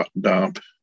dump